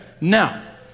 now